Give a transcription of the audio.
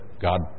God